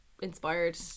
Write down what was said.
inspired